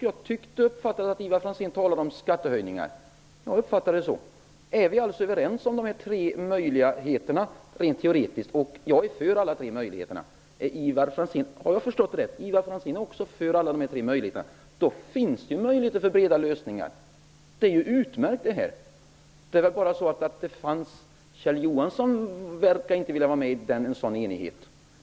Jag tyckte mig höra Ivar Franzén tala om skattehöjningar. Jag uppfattade det så. Är vi alltså överens om de olika möjligheterna rent teoretiskt? Jag är för de möjligheterna. Är också Ivar Franzén för dem, då finns det möjligheter till breda lösningar. Det är utmärkt. Kjell Johansson verkar inte vilja vara med i den enigheten.